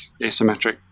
asymmetric